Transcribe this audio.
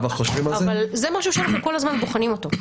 זה משהו שאנחנו כל הזמן בוחנים אותו,